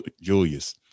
Julius